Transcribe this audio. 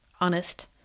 honest